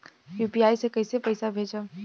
UPI से कईसे पैसा भेजब?